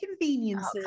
conveniences